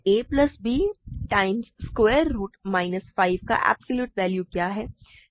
और a plus b times square root minus 5 का absolute value क्या है